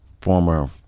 former